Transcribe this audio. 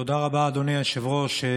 תודה רבה, אדוני היושב-ראש.